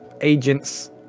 agents